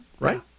Right